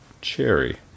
Cherry